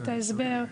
את ההסבר,